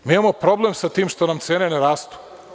Mi imamo problem sa tim što nam cene ne rastu.